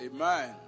Amen